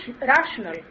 rational